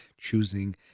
choosing